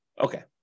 Okay